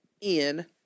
in-